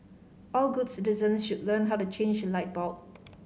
all good citizens should learn how to change a light bulb